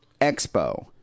expo